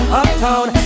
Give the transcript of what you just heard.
uptown